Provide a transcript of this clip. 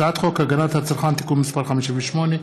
הצעת חוק הגנת הצרכן (תיקון מס' 58),